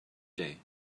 day